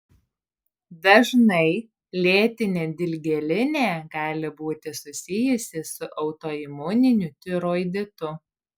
dažnai lėtinė dilgėlinė gali būti susijusi su autoimuniniu tiroiditu